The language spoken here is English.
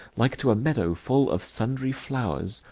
like to a meadow full of sundry flowers,